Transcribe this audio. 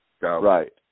Right